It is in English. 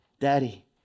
Daddy